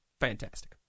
fantastic